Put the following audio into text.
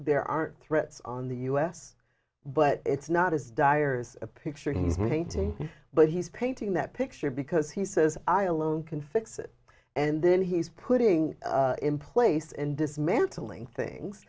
there aren't threats on the u s but it's not as dire as a picture he painted but he's painting that picture because he says i alone can fix it and then he's putting in place and dismantling things